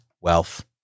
wealth